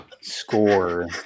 score